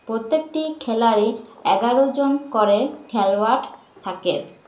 প্রত্যেকটি খেলারই এগারো জন করে খেলোয়াড় থাকে